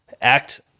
act